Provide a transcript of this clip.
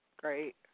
Great